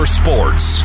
sports